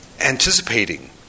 anticipating